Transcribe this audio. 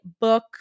book